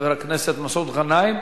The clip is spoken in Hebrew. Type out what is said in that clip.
חבר הכנסת מסעוד גנאים.